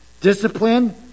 Discipline